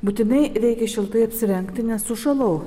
būtinai reikia šiltai apsirengti nes sušalau